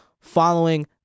following